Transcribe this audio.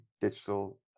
digital